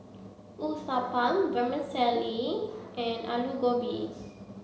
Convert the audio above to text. Uthapam Vermicelli and Alu Gobi